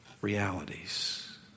realities